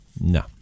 No